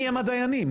מיהם הדיינים?